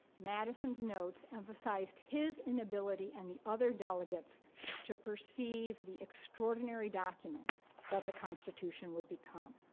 madison's notes emphasized his inability and the other delegates to perceive the extraordinary document that the constitution would become.